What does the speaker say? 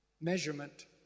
measurement